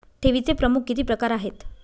ठेवीचे प्रमुख किती प्रकार आहेत?